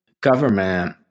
government